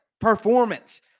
performance